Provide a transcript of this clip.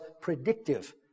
predictive